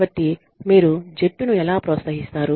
కాబట్టి మీరు జట్టును ఎలా ప్రోత్సహిస్తారు